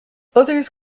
others